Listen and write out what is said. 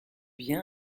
bien